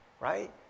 right